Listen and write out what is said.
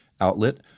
outlet